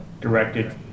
directed